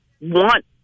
want